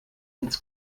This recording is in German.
ins